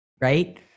right